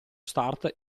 start